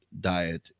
diet